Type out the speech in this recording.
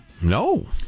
No